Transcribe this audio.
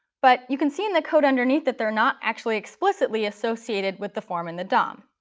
but you can see in the code underneath that they're not actually explicitly associated with the form and the dom.